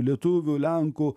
lietuvių lenkų